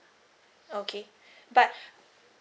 okay but